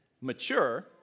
mature